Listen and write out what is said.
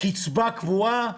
כקצבה קבועה,